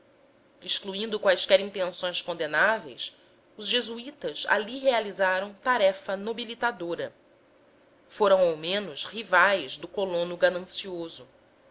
excluindo quaisquer intenções condenáveis os jesuítas ali realizaram tarefa nobilitadora foram ao menos rivais do colono ganancioso